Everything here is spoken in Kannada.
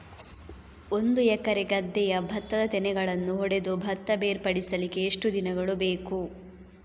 ಒಂದು ಎಕರೆ ಗದ್ದೆಯ ಭತ್ತದ ತೆನೆಗಳನ್ನು ಹೊಡೆದು ಭತ್ತ ಬೇರ್ಪಡಿಸಲಿಕ್ಕೆ ಎಷ್ಟು ದಿನಗಳು ಬೇಕು?